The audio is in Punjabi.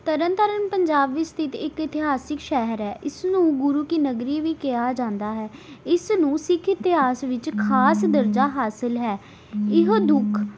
ਤਰਨ ਤਾਰਨ ਪੰਜਾਬ ਵਿੱਚ ਸਥਿਤ ਇੱਕ ਇਤਿਹਾਸਿਕ ਸ਼ਹਿਰ ਹੈ ਇਸਨੂੰ ਗੁਰੂ ਕੀ ਨਗਰੀ ਵੀ ਕਿਹਾ ਜਾਂਦਾ ਹੈ ਇਸਨੂੰ ਸਿੱਖ ਇਤਿਹਾਸ ਵਿੱਚ ਖਾਸ ਦਰਜਾ ਹਾਸਿਲ ਹੈ ਇਹੋ ਦੁੱਖ